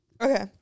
Okay